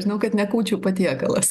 žinau kad ne kūčių patiekalas